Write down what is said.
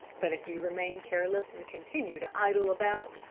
but if you remain careless and continue to idle about,